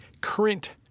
current